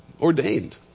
ordained